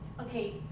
okay